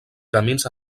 camins